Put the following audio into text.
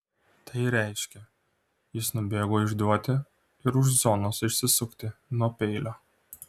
tai reiškė jis nubėgo išduoti ir už zonos išsisukti nuo peilio